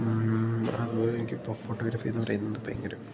അത് എനിക്കിപ്പോള് ഫോട്ടോഗ്രാഫി എന്നു പറയുന്നത് ഭയങ്കര